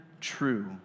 true